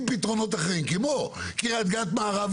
לקבוע תור מול פקיד אלא אפשר יהיה לעשות את זה מול מכונה בתוך